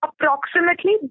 approximately